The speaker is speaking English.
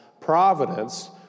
providence